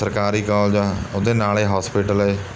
ਸਰਕਾਰੀ ਕੋਲਜ ਆ ਉਹਦੇ ਨਾਲ਼ੇ ਹੋਸਪੀਟਲ ਏ